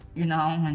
you know, and